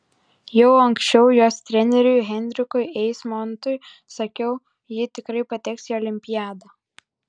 jau anksčiau jos treneriui henrikui eismontui sakiau ji tikrai pateks į olimpiadą